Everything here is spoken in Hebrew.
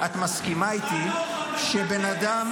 את מסכימה איתי שבן אדם